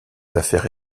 affaires